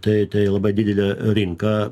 tai tai labai didelė rinka